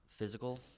physical